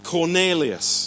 Cornelius